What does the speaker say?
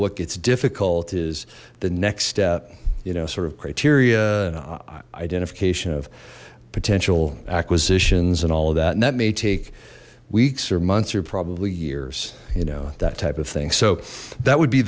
what gets difficult is the next step you know sort of criteria and identification of potential acquisitions and all of that and that may take weeks or months or probably years you know that type of thing so that would be